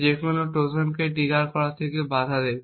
যে কোনও ট্রোজানকে ট্রিগার করা থেকে বাধা দেবে